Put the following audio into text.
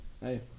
Hey